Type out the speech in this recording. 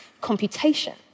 computation